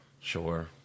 Sure